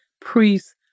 priests